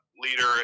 leader